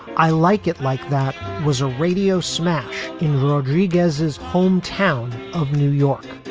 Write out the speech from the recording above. i like it like that was a radio smash in rodriguez's hometown of new york,